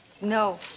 No